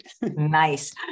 Nice